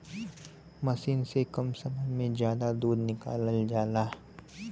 मसीन से कम समय में जादा दूध निकालल जाला